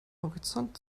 horizont